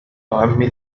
عمي